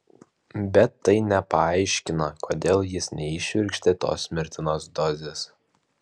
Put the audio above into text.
bet tai nepaaiškina kodėl jis neįšvirkštė tos mirtinos dozės